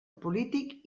polític